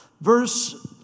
verse